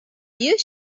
you